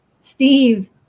Steve